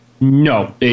No